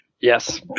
Yes